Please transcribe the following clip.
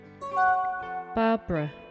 Barbara